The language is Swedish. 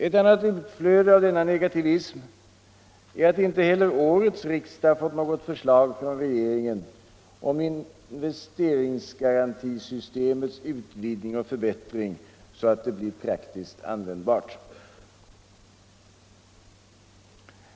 Ett annat utflöde av denna negativism är att inte heller årets riksdag Torsdagen den fått något förslag från regeringen om investeringsgarantisystemets ut 6 februari 1975 vidgning och förbättring så att det blir praktiskt användbart.